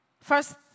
first